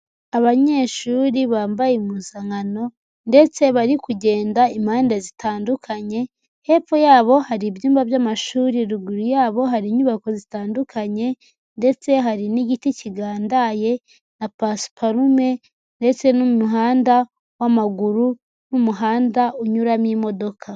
Abanyeshuri bambaye impuzankano ndetse bari kugenda impande zitandukanye, hepfo yabo hari ibyumba by'amashuri ruguru yabo hari inyubako zitandukanye ndetse hari n'igiti kigandaye na pasiparume ndetse n'umuhanda w'amaguru n'umuhanda unyuramo imodoka.